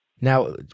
Now